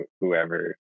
whoever